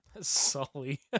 Sully